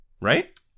right